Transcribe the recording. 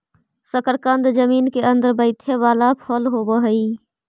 शकरकन जमीन केअंदर बईथे बला फल होब हई